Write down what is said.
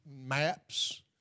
maps